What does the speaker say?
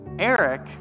Eric